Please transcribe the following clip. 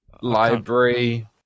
Library